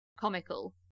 comical